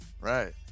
Right